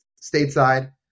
stateside